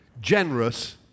generous